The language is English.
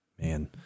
Man